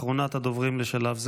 אחרונת הדוברים לשלב זה,